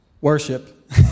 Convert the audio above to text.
Worship